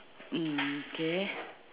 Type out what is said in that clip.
mm okay